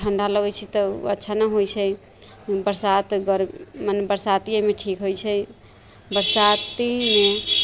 ठंडा लगे छै तऽ ओ अच्छा ना होइ छै बरसात मने बरसाते मे ठीक होइ छै बरसाती मे